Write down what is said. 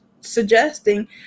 suggesting